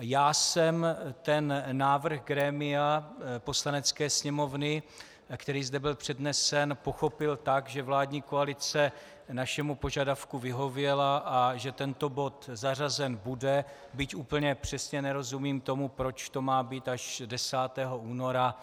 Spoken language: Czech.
Já jsem návrh grémia Poslanecké sněmovny, který zde byl přednesen, pochopil tak, že vládní koalice našemu požadavku vyhověla a že tento bod zařazen bude, byť úplně přesně nerozumím tomu, proč to má být až 10. února.